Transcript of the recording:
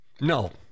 no